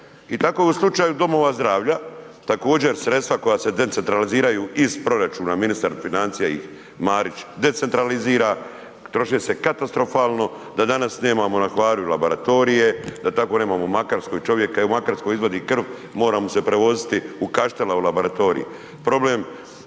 I tako je u slučaju domova zdravlja, također sredstva koja se decentraliziraju iz proračuna, ministar financija ih Marić decentralizira, troše se katastrofalno da danas nemamo na Hvaru laboratorije, da tako nemamo u Makarskoj čovjeka, evo u Makarskoj izvadi krvi, mora mu se prevoziti u Kaštele u laboratorij. Problem